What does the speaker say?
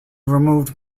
removed